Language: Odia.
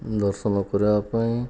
ଦର୍ଶନ କରିବା ପାଇଁ